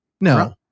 No